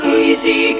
easy